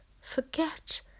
forget